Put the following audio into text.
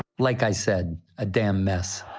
like i said, a damn mess.